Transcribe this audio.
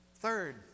third